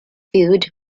feud